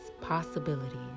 possibilities